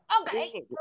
okay